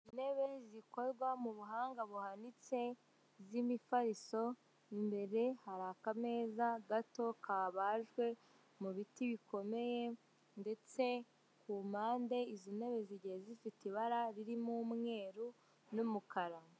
Intebe zikorwa mu buhanga buhanitse z'imifariso. Imbere hari akameza gato kabajwe mu biti bikomeye, ndetse ku mpande izi intebe zigiye zifite ibara ririmo umweru n'umukara.